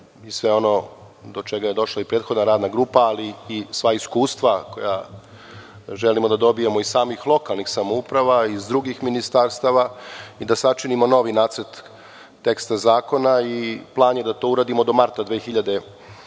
i sve ono do čega je došla i prethodna radna grupa, ali i sva iskustva koja želimo da dobijemo iz samih lokalnih samouprava, iz drugih ministarstava i da sačinimo novi nacrt teksta zakona. Plan je da to uradimo do marta 2014.